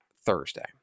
Thursday